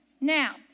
Now